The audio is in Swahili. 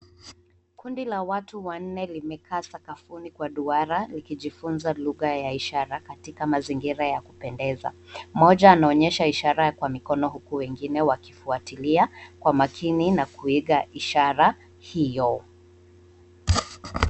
Kundi la watu wanne limekaa sakafuni kwa duara likijifunza lugha ya ishara katika mazingira ya kupendeza. Moja anaonyesha ishara kwa mikono huku wengine wakifuatilia kwa makini na kuiga ishara hiyo.